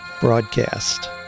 broadcast